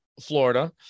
Florida